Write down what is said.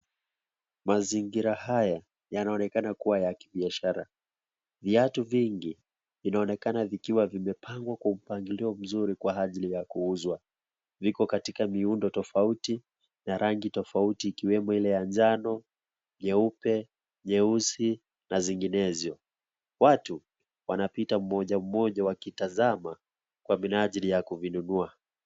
Mazingira haya yanaonekana kuwa ya kibiashara. Viatu vingi, vinaonekana vikiwa vimepangwa kwa mpangilio mzuri kwa ajili ya kuuzwa. Viko katika miundo tofauti na rangi tofauti ikiwemo ile ya njano, nyeupe, nyeusi, na zinginezo. Watu wanapita mmoja mmoja wakitazama kwa minajili ya kuvinunua.